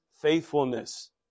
faithfulness